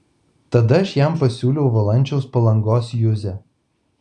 tada aš jam pasiūliau valančiaus palangos juzę